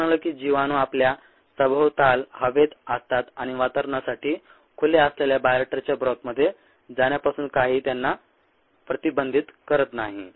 आपण म्हणालो की जीवाणू आपल्या सभोवताल हवेत असतात आणि वातावरणासाठी खुले असलेल्या बायोरिएक्टरच्या ब्रॉथ मध्ये जाण्यापासून काहीही त्यांना प्रतिबंधित करत नाही